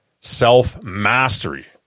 Self-mastery